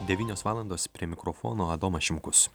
devynios valandos prie mikrofono adomas šimkus